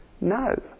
no